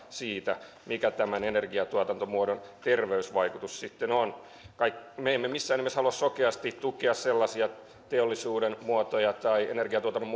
siitä mikä tämän energiatuotantomuodon terveysvaikutus sitten on me emme missään nimessä halua sokeasti tukea sellaisia teollisuuden muotoja tai energiatuotannon